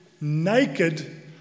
naked